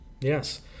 Yes